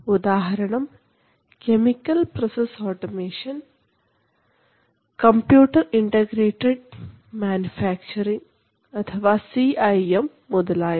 ഉദാഹരണം chemical process automation computer integrated manufacturing മുതലായവ